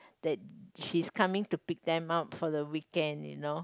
that she's coming to pick them up for the weekend you know